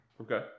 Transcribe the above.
Okay